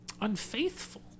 unfaithful